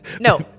No